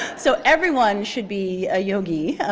so everyone should be a yogi.